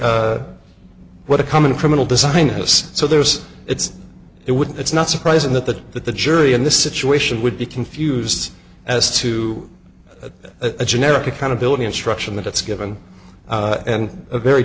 a what a common criminal design has so there's it's it would it's not surprising that the that the jury in this situation would be confused as to the a generic accountability instruction that it's given and a very